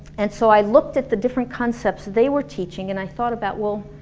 and so i looked at the different concepts they were teaching and i thought about, well,